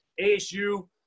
ASU